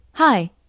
Hi